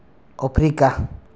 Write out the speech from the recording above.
Africa